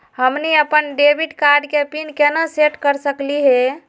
हमनी अपन debit card के पीन केना सेट कर सकली हे?